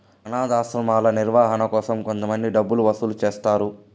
అనాధాశ్రమాల నిర్వహణ కోసం కొంతమంది డబ్బులు వసూలు చేస్తారు